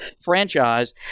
franchise